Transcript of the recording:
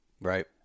Right